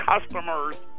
customers